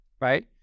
right